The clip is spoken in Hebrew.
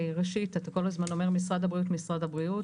ראשית אתה כל הזמן אומר 'משרד הבריאות' 'משרד הבריאות',